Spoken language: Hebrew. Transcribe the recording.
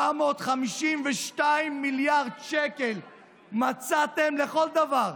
452 מיליארד שקל מצאתם לכל דבר.